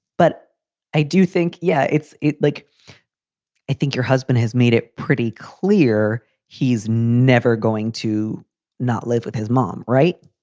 but i do think. yeah. it's like i think your husband has made it pretty clear he's never going to not live with his mom, right?